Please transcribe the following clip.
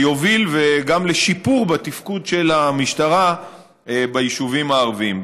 שיוביל גם לשיפור בתפקוד של המשטרה ביישובים הערביים.